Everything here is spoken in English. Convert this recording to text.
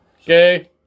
Okay